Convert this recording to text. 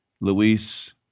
Luis